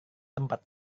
tempat